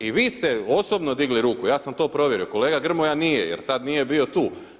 I vi ste osobno digli ruku, ja sam to provjerio, kolega Grmoja nije jer tad nije bio tu.